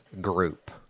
Group